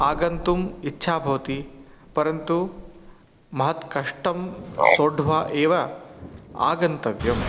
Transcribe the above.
आगन्तुम् इच्छा भवति परन्तु महत्कष्टं सोढ्वा एव आगन्तव्यं